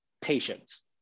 patience